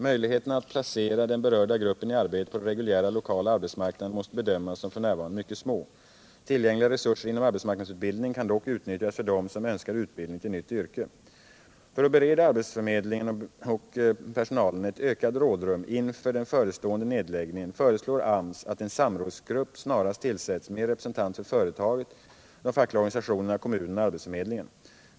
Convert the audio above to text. Möjligheterna att placera den berörda gruppen i arbete på den reguljära lokala arbetsmarknaden måste f. n. bedömas som mycket små. Tillgängliga resurser inom arbetsmarknadsutbildningen kan dock utnyttjas för dem som önskar utbildning för nytt yrke. För att bereda arbetsförmedlingen och berörd personal ett ökat rådrum inför den förestående nedläggningen föreslår AMS att en samrådsgrupp snarast tillsätts med representanter för företaget, de fackliga organisationerna, kommunen och arbetsförmedlingen.